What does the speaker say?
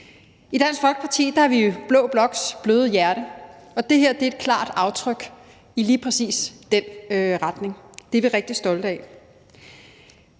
Dansk Folkeparti er jo blå bloks bløde hjerte, og det her er et klart skridt i lige præcis den retning. Det er vi rigtig stolte af.